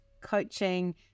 coaching